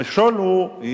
המכשול הוא,